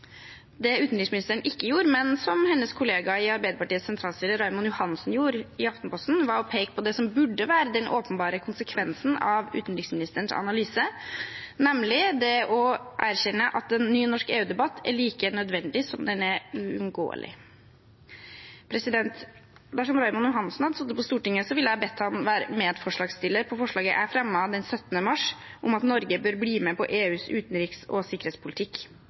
Det utenriksministeren ikke gjorde, men som hennes kollega i Arbeiderpartiets sentralstyre, Raymond Johansen, gjorde i Aftenposten, var å peke på det som burde være den åpenbare konsekvensen av utenriksministerens analyse, nemlig det å erkjenne at en ny norsk EU-debatt er like nødvendig som den er uunngåelig. Dersom Raymond Johansen hadde sittet på Stortinget, ville jeg bedt ham være medforslagsstiller til forslaget jeg fremmet den 17. mars, om at Norge bør bli med på EUs utenriks- og sikkerhetspolitikk.